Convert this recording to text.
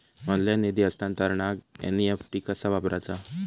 Online निधी हस्तांतरणाक NEFT कसा वापरायचा?